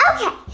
Okay